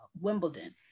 Wimbledon